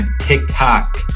TikTok